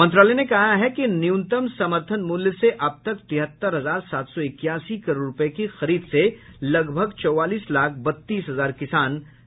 मंत्रालय ने कहा है कि न्यूनतम समर्थन मूल्य से अब तक तिहत्तर हजार सात सौ इक्यासी करोड़ रुपये की खरीद से लगभग चौवालीस लाख बत्तीस हजार किसान लाभान्वित हुए हैं